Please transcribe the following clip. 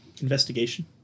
investigation